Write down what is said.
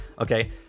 okay